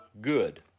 good